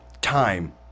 time